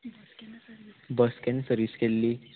बस केन्ना सर्वीस केल्ली